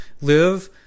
live